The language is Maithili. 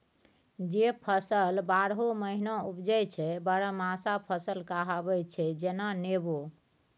जे फसल बारहो महीना उपजै छै बरहमासा फसल कहाबै छै जेना नेबो